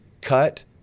cut